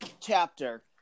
chapter